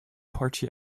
party